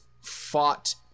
fought